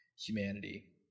humanity